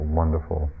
wonderful